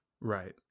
Right